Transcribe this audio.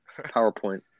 PowerPoint